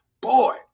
boy